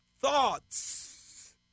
thoughts